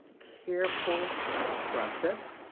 careful process.